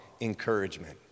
encouragement